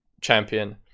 champion